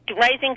raising